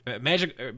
Magic